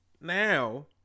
Now